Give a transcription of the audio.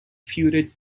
feuded